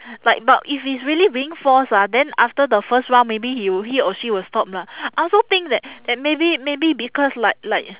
like but if it's really being force ah then after the first round maybe he'll he or she will stop lah I also think that that maybe maybe because like like